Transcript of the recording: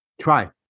try